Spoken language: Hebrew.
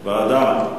ועדה.